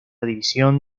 división